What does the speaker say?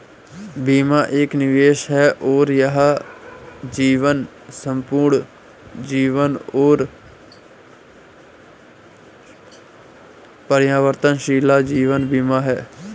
बीमा एक निवेश है और यह जीवन, संपूर्ण जीवन और परिवर्तनशील जीवन बीमा है